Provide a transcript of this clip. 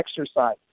exercise